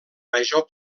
major